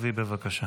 באמת, אבל.